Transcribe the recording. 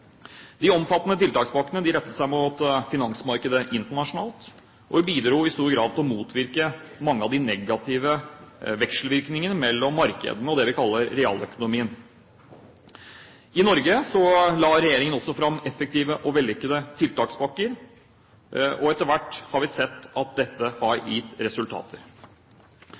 De omfattende tiltakspakkene rettet seg mot finansmarkedet internasjonalt og bidro i stor grad til å motvirke mange av de negative vekselvirkningene mellom markedene og det vi kaller realøkonomien. I Norge la regjeringen også fram effektive og vellykkede tiltakspakker, og etter hvert har vi sett at dette har gitt resultater.